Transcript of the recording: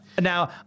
Now